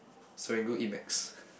Serangoon eat Macs